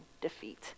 defeat